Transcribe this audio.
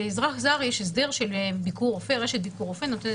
לאזרח זר יש הסדר של רשת ביקור רופא שנותנת